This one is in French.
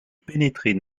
pénétrer